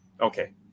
Okay